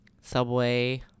subway